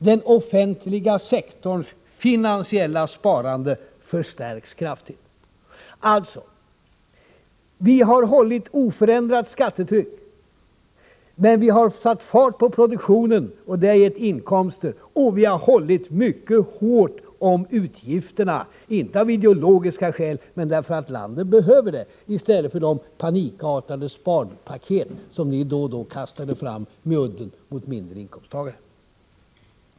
Den offentliga sektorns finansiella sparande förstärks kraftigt. Alltså: Vi har hållit oförändrat skattetryck, men vi har satt fart på produktionen, och det har gett inkomster. Och vi har hållit mycket hårt om utgifterna, inte av ideologiska skäl utan därför att landet behöver det, i stället för de panikartade sparpaket som ni då och då kastade fram med udden mot mindre inkomsttagare.